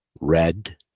red